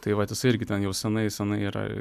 tai vat jisai irgi ten jau senai senai yra